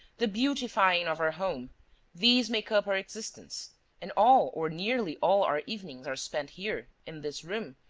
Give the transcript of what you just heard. the beautifying of our home these make up our existence and all or nearly all our evenings are spent here, in this room,